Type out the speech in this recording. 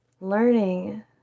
Learning